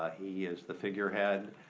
ah he is the figurehead.